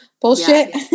bullshit